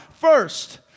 first